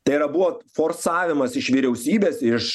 tai yra buvo forsavimas iš vyriausybės iš